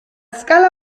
scala